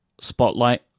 spotlight